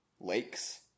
Lakes